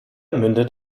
mündet